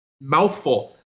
mouthful